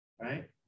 right